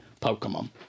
Pokemon